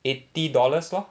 eighty dollars lor